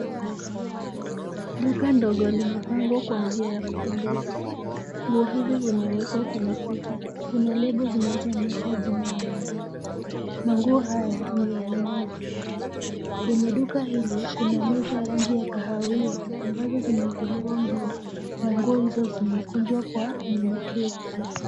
Duka ndogo limepangwa kwa njia ya kupendeza. Nguo hizi zimewekwa kwenye kuta, kuna lebo zinazo onyesha jina ya manguo. Manguo haya ni ya aina zote. Kwenye duka hili, kuna meza ya rangi ya kahawia ambazo zime ekelewa nguo na nguo hizo zimekunjwa kwa unyenyekevu.